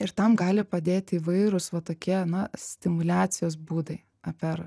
ir tam gali padėti įvairūs va tokie na stimuliacijos būdai a per